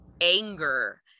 anger